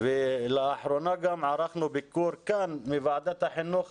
לאחרונה גם ערכנו ביקור כאן בוועדת החינוך,